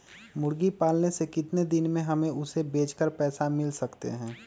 मुर्गी पालने से कितने दिन में हमें उसे बेचकर पैसे मिल सकते हैं?